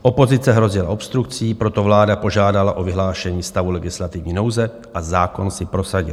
Opozice hrozila obstrukcí, proto vláda požádala o vyhlášení stavu legislativní nouze a zákon si prosadila.